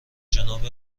جناب